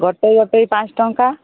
ଗୋଟେଇ ଗୋଟେଇ ପାଞ୍ଚ ଟଙ୍କା